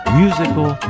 musical